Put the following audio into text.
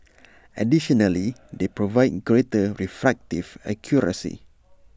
additionally they provide greater refractive accuracy